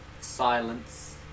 Silence